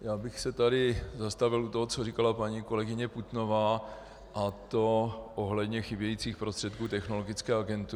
Já bych se tady zastavil u toho, co říkala paní kolegyně Putnová, a to ohledně chybějících prostředků Technologické agentury.